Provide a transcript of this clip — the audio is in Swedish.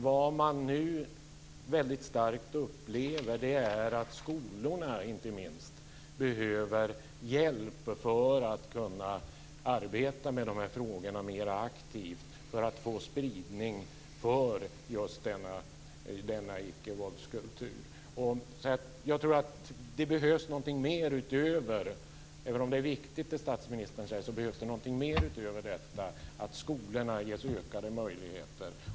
Vad man nu väldigt starkt upplever är att inte minst skolorna behöver hjälp att kunna arbeta med de här frågorna mer aktivt, för att få spridning för denna icke-våldskultur. Även om det statsministern säger är viktigt tror jag alltså att det behövs någonting mer utöver detta, nämligen att skolorna ges ökade möjligheter.